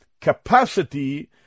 capacity